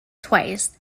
twice